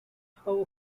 how